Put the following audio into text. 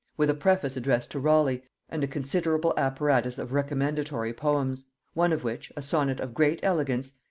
with a preface addressed to raleigh and a considerable apparatus of recommendatory poems one of which, a sonnet of great elegance,